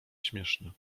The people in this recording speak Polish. śmieszne